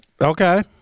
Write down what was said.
Okay